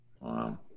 Wow